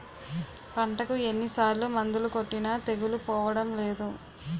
పంటకు ఎన్ని సార్లు మందులు కొట్టినా తెగులు పోవడం లేదు